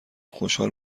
خوشحال